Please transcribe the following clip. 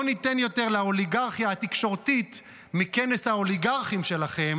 לא ניתן יותר לאוליגרכיה התקשורתית מכנס האוליגרכים שלכם